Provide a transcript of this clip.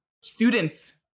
students